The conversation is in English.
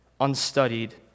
unstudied